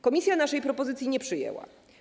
Komisja naszej propozycji nie przyjęła.